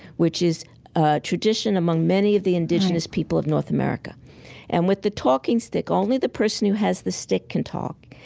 which is ah tradition among many of the indigenous people of north america right and with the talking stick only the person who has the stick can talk,